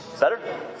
better